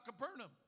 Capernaum